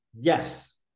Yes